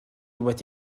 wedi